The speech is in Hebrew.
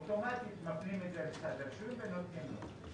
אוטומטית, מפנים את זה למשרד הרישוי ונותנים לו.